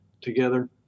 together